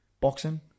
boxing